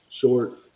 short